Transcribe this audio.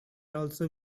also